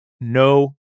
No